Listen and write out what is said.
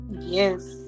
Yes